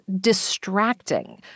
distracting